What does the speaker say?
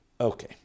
Okay